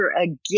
again